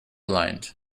lined